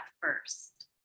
first